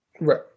Right